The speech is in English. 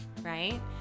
right